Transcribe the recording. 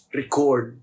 record